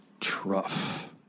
Truff